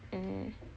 mm